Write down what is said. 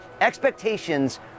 expectations